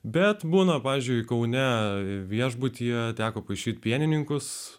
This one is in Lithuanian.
bet būna pavyzdžiui kaune viešbutyje teko paišyti pienininkus